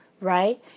right